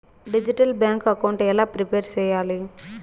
Digital bank account ఎలా prepare సెయ్యాలి?